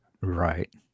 Right